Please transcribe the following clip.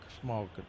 small